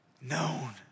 known